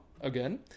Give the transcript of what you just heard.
again